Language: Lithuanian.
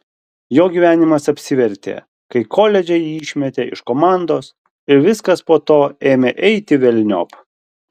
jo gyvenimas apsivertė kai koledže jį išmetė iš komandos ir viskas po to ėmė eiti velniop